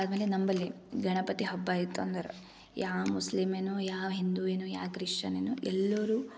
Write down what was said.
ಆದಮೇಲೆ ನಂಬಲ್ಲಿ ಗಣಪತಿ ಹಬ್ಬ ಆಯಿತು ಅಂದ್ರೆ ಯಾವ ಮುಸ್ಲಿಮ್ ಏನು ಯಾವ ಹಿಂದು ಏನು ಯಾವ ಕ್ರಿಶ್ಯನೆನು ಎಲ್ಲರೂ